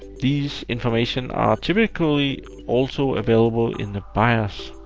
these information are typically also available in the bios